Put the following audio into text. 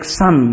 sun